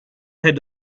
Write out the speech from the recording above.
had